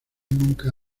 nunca